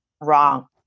wrong